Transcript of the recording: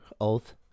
oath